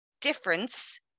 difference